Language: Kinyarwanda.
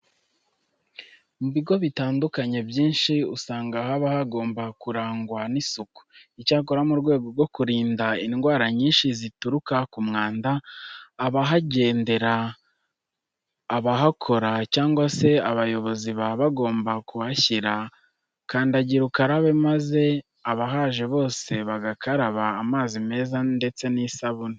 Mu bigo bitandukanye byinshi usanga haba hagomba kurangwa n'isuku. Icyakora mu rwego rwo kurinda indwara nyinshi zituruka k'umwanda abahagenderera, abahakora cyangwa se abayobozi baba bagomba kuhashyira kandagira ukarabe maze abahaje bose bagakaraba amazi meza ndetse n'isabune.